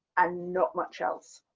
and not much else.